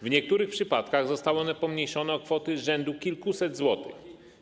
W niektórych przypadkach zostało ono pomniejszone o kwoty rzędu kilkuset złotych.